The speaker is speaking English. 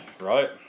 right